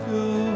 go